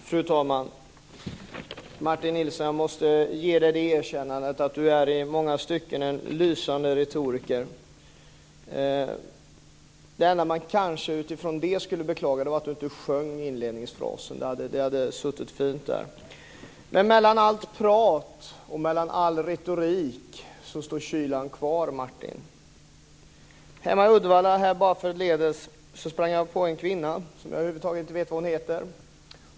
Fru talman! Jag måste ge Martin Nilsson det erkännandet att han i många stycken är en lysande retoriker. Det enda som man kanske utifrån det skulle beklaga är att han inte sjöng inledningsfrasen. Det hade suttit fint. Men mellan allt prat och mellan all retorik står kylan kvar, Martin Nilsson. För en tid sedan hemma i Uddevalla sprang jag på en kvinna som jag inte vet vad hon heter.